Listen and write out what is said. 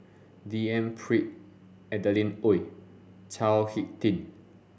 D N Pritt Adeline Ooi Chao Hick Tin